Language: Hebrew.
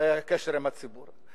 קשר עם הציבור.